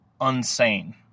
Unsane